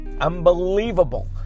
Unbelievable